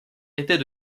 était